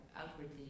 outwardly